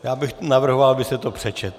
Já bych navrhoval, abyste to přečetl.